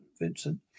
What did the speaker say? Vincent